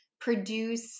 produce